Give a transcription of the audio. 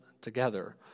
together